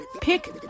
pick